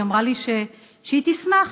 והיא אמרה לי שהיא תשמח.